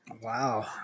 Wow